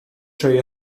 trwy